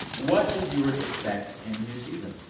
what should viewers expect in the new season?